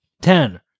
Ten